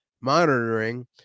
monitoring